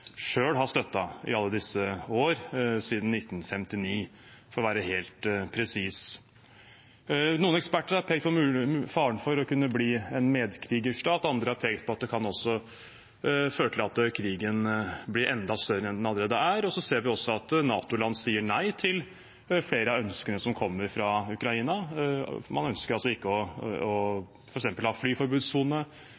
har støttet i alle disse årene – siden 1959, for å være helt presis. Noen eksperter har pekt på faren for å kunne bli en medkrigerstat, andre har pekt på at det også kan føre til at krigen blir enda større enn den allerede er. Vi ser også at NATO-land sier nei til flere av ønskene som kommer fra Ukraina. Man ønsker f.eks. ikke å ha en flyforbudssone eller å